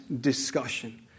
discussion